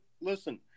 listen